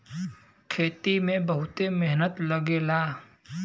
खेती में बहुते मेहनत लगेला